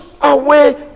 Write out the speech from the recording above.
away